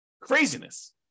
Craziness